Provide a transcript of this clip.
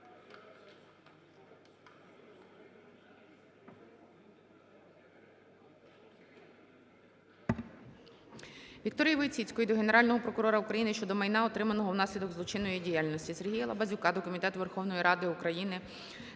ВікторіїВойціцької до Генерального прокурора України щодо майна, отриманого внаслідок злочинної діяльності. СергіяЛабазюка до Комітету Верховної Ради України